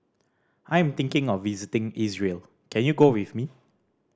I am thinking of visiting Israel can you go with me